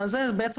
בעצם,